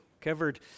Covered